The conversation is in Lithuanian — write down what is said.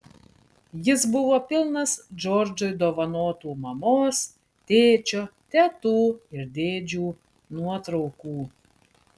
jis buvo pilnas džordžui dovanotų mamos tėčio tetų ir dėdžių nuotraukų